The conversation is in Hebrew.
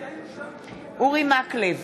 אורי מקלב,